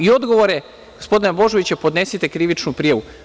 I odgovori gospodina Božovića – podnesite krivičnu prijavu.